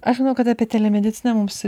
aš žinau kad apie telemediciną mums